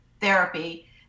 therapy